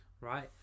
Right